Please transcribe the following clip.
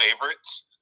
favorites